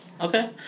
okay